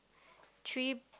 three